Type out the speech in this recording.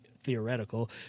theoretical